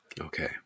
Okay